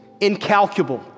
incalculable